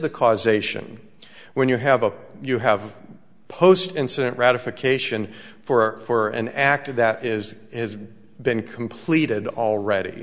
the causation when you have a you have post incident ratification for an actor that is has been completed already